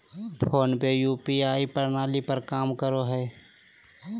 phone पे UPI प्रणाली पर काम करो हय